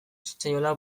zitzaiola